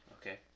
okay